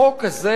החוק הזה